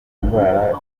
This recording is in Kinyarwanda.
ndwara